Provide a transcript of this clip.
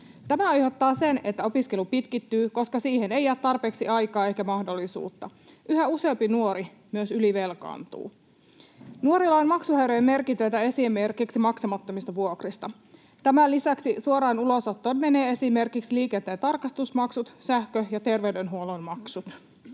Tämä aiheuttaa sen, että opiskelu pitkittyy, koska siihen ei jää tarpeeksi aikaa eikä mahdollisuutta. Yhä useampi nuori myös ylivelkaantuu. Nuorilla on maksuhäiriömerkintöjä esimerkiksi maksamattomista vuokrista. Tämän lisäksi suoraan ulosottoon menevät esimerkiksi liikenteen tarkastusmaksut, sähkö- ja ter-veydenhuollon maksut.